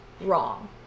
wrong